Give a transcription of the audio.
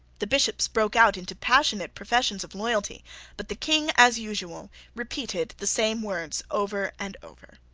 the bishops broke out into passionate professions of loyalty but the king, as usual, repeated the same words over and over.